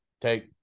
take